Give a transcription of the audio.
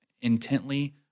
intently